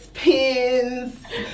pins